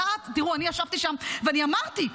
ישבתי שם ואמרתי: